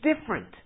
different